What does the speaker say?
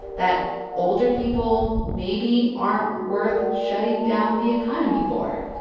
that older people, maybe, aren't worth shutting down the economy for.